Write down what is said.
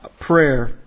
prayer